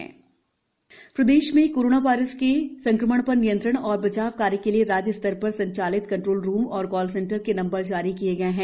helpline number प्रदेश में corona virus पके संक्रमण पर नियंत्रण और बचाव कार्य के लिए राज्य स्तर पर संचालित कंट्रोल रूम एवं कॉल सेंटर के नंबर जारी किए गए हैं